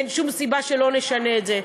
אין שום סיבה שלא נשנה את זה.